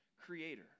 creator